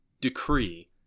decree